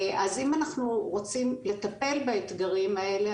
אם אנחנו רוצים לטפל באתגרים האלה,